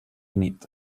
nit